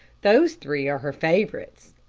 those three are her favorites.